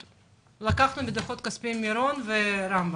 לקחנו את דוחות הכספיים ממירון ומהרמב"ם.